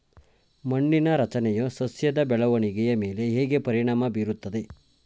ಮಣ್ಣಿನ ರಚನೆಯು ಸಸ್ಯದ ಬೆಳವಣಿಗೆಯ ಮೇಲೆ ಹೇಗೆ ಪರಿಣಾಮ ಬೀರುತ್ತದೆ?